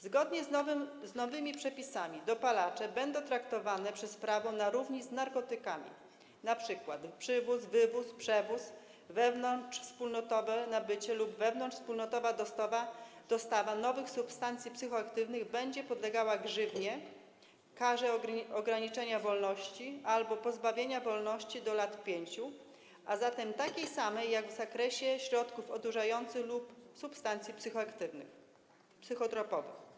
Zgodnie z nowymi przepisami dopalacze będą traktowane przez prawo na równi z narkotykami, np. przywóz, wywóz, przewóz, wewnątrzwspólnotowe nabycie lub wewnątrzwspólnotowa dostawa nowych substancji psychoaktywnych będą podlegały grzywnie, karze ograniczenia wolności albo pozbawienia wolności do lat 5, a zatem takiej samej jak w wypadku środków odurzających lub substancji psychotropowych.